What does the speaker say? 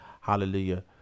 hallelujah